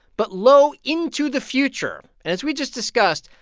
but low into the future. and as we just discussed,